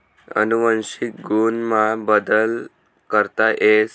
अनुवंशिक गुण मा बदल करता येस